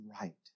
right